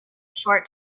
short